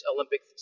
Olympic